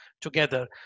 together